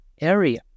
area